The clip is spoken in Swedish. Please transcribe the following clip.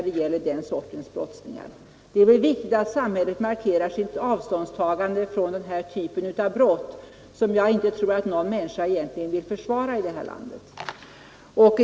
Det är viktigt att samhället markerar sitt avståndstagande från den här typen av brott, som jag inte tror att någon människa egentligen vill försvara i vårt land.